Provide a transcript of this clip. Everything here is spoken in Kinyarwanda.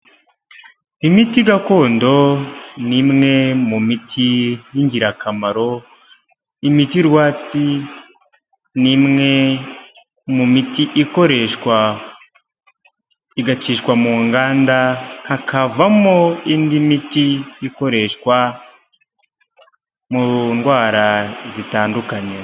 Imiti gakondo ni imwe mu miti y'ingirakamaro. Imiti rwatsi ni imwe mu miti ikoreshwa igacishwa mu nganda hakavamo indi miti ikoreshwa mu ndwara zitandukanye.